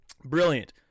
Brilliant